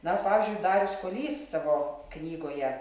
na pavyzdžiui darius kuolys savo knygoje